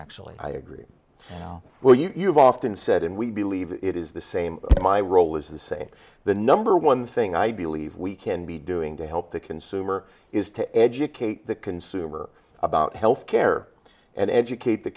actually i agree well you've often said and we believe it is the same my role is the same the number one thing i believe we can be doing to help the consumer is to educate the consumer about health care and educate the